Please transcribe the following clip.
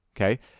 okay